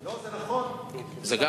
לא, זה נכון.